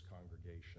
congregation